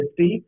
50